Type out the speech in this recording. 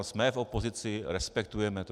Jsme v opozici, respektujeme to.